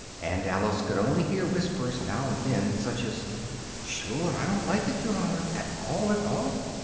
and alice could only hear whispers now and then, such as shure i don't like it, yer honour, at all at all!